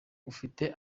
ufite